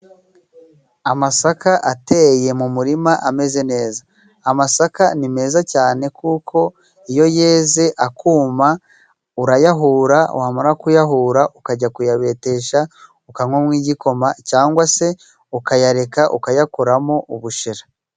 Amasaka ateye mu murima ameze neza. Amasaka ni meza cyane kuko iyo yeze akuma, urayahura wamara kuyahura ukajya kuyabetesha, ukayanywamo igikoma, cyangwa se ukayareka ukayakoramo ubushera.